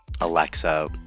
Alexa